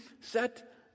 set